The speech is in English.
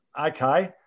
Okay